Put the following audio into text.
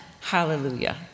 hallelujah